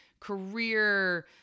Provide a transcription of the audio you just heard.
career